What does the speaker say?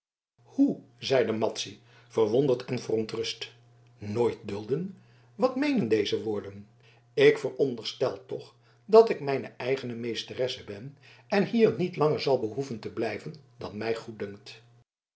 hoe zeide madzy verwonderd en verontrust nooit dulden wat meenen deze woorden ik veronderstel toch dat ik mijn eigene meesteresse ben en hier niet langer zal behoeven te blijven dan mij goeddunkt